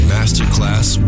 Masterclass